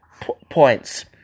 Points